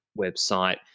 website